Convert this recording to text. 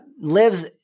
lives